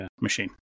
machine